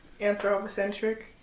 anthropocentric